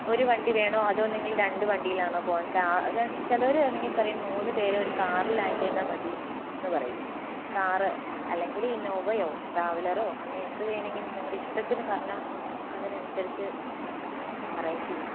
ഒരു വണ്ടി വേണോ അതോ നിങ്ങൾ രണ്ട് വണ്ടിയിലാണോ പോകുവാൻ ചിലവർ വേണമെങ്കിൽ പറയും മൂന്നുപേരെ ഒരു കാറിലായിട്ടുതന്നെ മതിയെന്ന് പറയും കാർ അല്ലെങ്കിൽ ഇന്നോവയോ ട്രാവല്ലറോ അങ്ങനെ എന്തു വേണമെങ്കിലും നിങ്ങളുടെ ഇഷ്ടത്തിന് പറഞ്ഞാൾ അതിനനുസരിച്ച് അറേഞ്ച് ചെയ്യാമായിരുന്നു